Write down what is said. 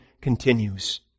continues